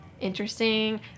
interesting